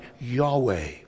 Yahweh